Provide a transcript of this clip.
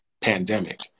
pandemic